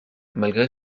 malgré